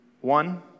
one